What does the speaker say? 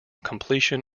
completion